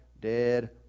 dead